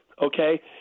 Okay